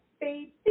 baby